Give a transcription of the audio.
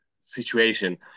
situation